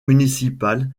musicale